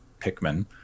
Pikmin